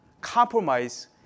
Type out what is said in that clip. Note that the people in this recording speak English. Compromise